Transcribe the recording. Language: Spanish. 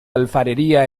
alfarería